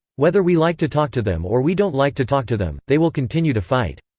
whether we like to talk to them or we don't like to talk to them, they will continue to fight.